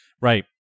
Right